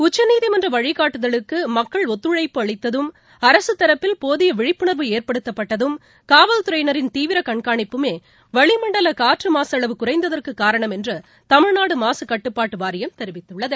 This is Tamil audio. உச்சநீதிமன்ற வழிகாட்டுதலுக்கு மக்கள் ஒத்துழைப்பு அளித்ததும் அரசுத் தரப்பில் போதிய விழிப்புணர்வு ஏற்படுத்தப்பட்டதும் காவல்தறையினரின் தீவிர கண்கானிப்புமே வளிமண்டல காற்று மாசு அளவு குறைந்ததற்கு காரணம் என்று தமிழ்நாடு மாசுக் கட்டுப்பாட்டு வாரியம் தெரிவித்துள்ளது